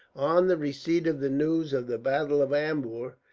on the receipt of the news of the battle of ambur,